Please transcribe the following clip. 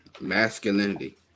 Masculinity